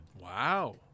Wow